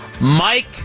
Mike